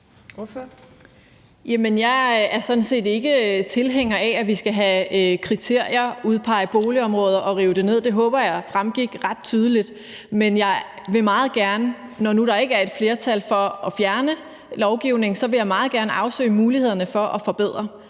set ikke tilhænger af, at vi skal have kriterier, udpege boligområder og rive dem ned. Det håber jeg fremgik ret tydeligt. Men jeg vil meget gerne, når nu der ikke er et flertal for at fjerne lovgivning, afsøge mulighederne for at forbedre,